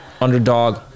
Underdog